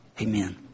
Amen